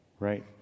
Right